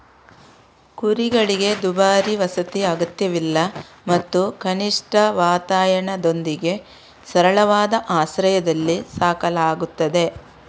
ಕುರಿಗಳಿಗೆ ದುಬಾರಿ ವಸತಿ ಅಗತ್ಯವಿಲ್ಲ ಮತ್ತು ಕನಿಷ್ಠ ವಾತಾಯನದೊಂದಿಗೆ ಸರಳವಾದ ಆಶ್ರಯದಲ್ಲಿ ಸಾಕಲಾಗುತ್ತದೆ